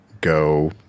go